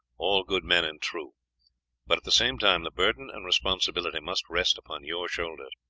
all good men and true but at the same time the burden and responsibility must rest upon your shoulders.